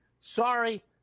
sorry